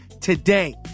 today